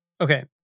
Okay